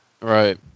right